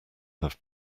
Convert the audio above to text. have